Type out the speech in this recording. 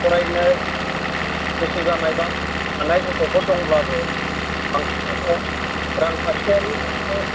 फरायनाय गोसो जानाय बा फरायनो हानाय गथ'फोर दंब्लाबो बांसिनानो रांखान्थियारि मोनसे